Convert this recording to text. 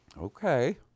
Okay